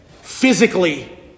physically